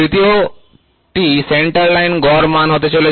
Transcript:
তৃতীয়টি centre line গড় মান হতে চলেছে